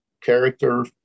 character